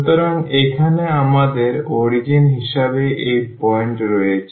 সুতরাং এখানে আমাদের অরিজিন হিসাবে এই পয়েন্ট রয়েছে